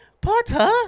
Potter